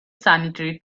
sanitary